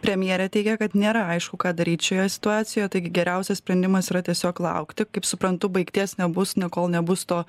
premjerė teigia kad nėra aišku ką daryt šioje situacijoje taigi geriausias sprendimas yra tiesiog laukti kaip suprantu baigties nebus ne kol nebus to